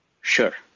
sure